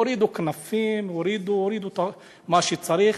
הורידו כנפיים, הורידו מה שצריך,